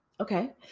Okay